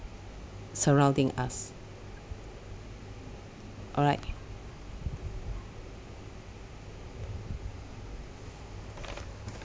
surrounding us alright